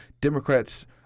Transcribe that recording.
Democrats